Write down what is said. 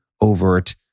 overt